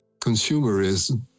consumerism